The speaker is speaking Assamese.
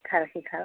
ভাল শিকায়